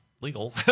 legal